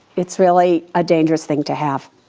it's really a dangerous thing to have.